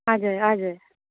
हजुर हजुर